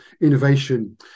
innovation